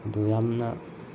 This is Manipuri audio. ꯑꯗꯨ ꯌꯥꯝꯅ